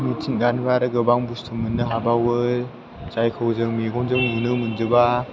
मिथिंगानिफ्राय आरो गोबां बुस्तु मोननो हाबावो जायखौ जों मेगनजों नुनो मोनजोबा